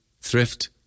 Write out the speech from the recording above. thrift